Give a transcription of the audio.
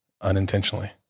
unintentionally